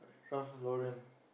Ralph-Lauren